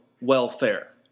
welfare